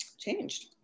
changed